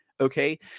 okay